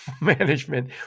management